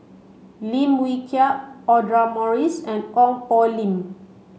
Lim Wee Kiak Audra Morrice and Ong Poh Lim